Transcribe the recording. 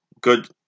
good